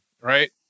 right